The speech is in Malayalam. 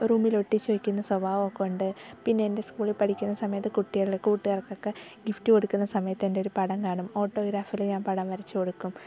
റൂമിലൊട്ടിച്ച് വെക്കുന്ന സ്വഭാവം ഒക്ക ഉണ്ട് പിന്നെ എൻ്റെ സ്കൂളിൽ പഠിക്കുന്ന സമയത്ത് കുട്ടികളെ കൂട്ടുകാർക്കൊക്കെ ഗിഫ്റ്റ് കൊടുക്കുന്ന സമയത്ത് എന്റെയൊരു പടം കാണും ഓട്ടോഗ്രാഫിൽ ഞാൻ പടം വരച്ചു കൊടുക്കും